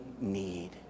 need